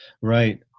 right